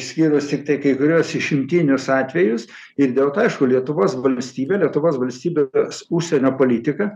išskyrus tiktai kai kuriuos išimtinius atvejus ir dėl to aišku lietuvos valstybė lietuvos valstybės užsienio politika